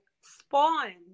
spawn